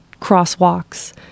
crosswalks